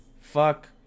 Fuck